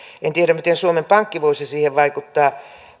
en tiedä miten suomen pankki voisi siihen vaikuttaa